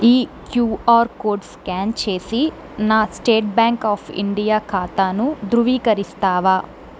ఈ QR code scan చేసి నా స్టేట్ బ్యాంక్ ఆఫ్ ఇండియా ఖాతాను ధృవీకరిస్తావా